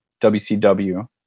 WCW